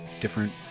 different